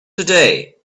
today